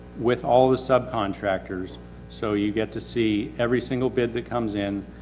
with all the sub contractors so you get to see every single bid that comes in.